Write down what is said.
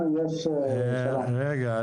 רגע,